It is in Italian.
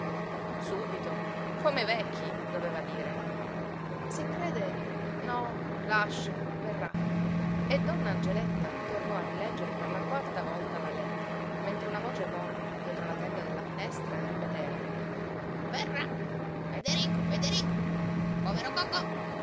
subito subito come i vecchi doveva dire se crede no lascia verrà e donna angeletta tornò a rileggere per la quarta volta la lettera mentre una voce cornea dietro la tenda della finestra ripeteva verrà federico federico povero cocò